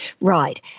Right